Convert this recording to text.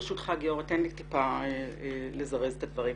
ברשותך, תן לי לזרז קצת את הדברים.